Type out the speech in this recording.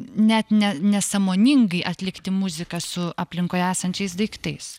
net ne nesąmoningai atlikti muziką su aplinkui esančiais daiktais